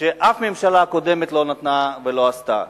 שאף ממשלה קודמת לא נתנה ולא עשתה,